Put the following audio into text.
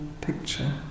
picture